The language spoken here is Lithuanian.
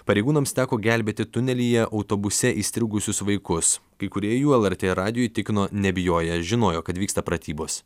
pareigūnams teko gelbėti tunelyje autobuse įstrigusius vaikus kai kurie jų lrt radijui tikino nebijoję žinojo kad vyksta pratybos